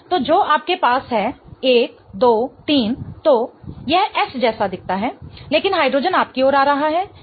तो जो आपके पास है 1 2 3 तो यह S जैसा दिखता है लेकिन हाइड्रोजन आपकी ओर आ रहा है यह R है